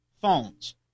phones